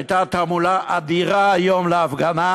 שהייתה תעמולה אדירה היום להפגנה,